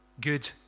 good